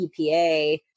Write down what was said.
EPA